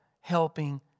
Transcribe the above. helping